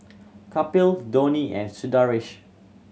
Kapil Dhoni and Sundaresh